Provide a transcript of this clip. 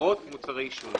חברות מוצרי עישון.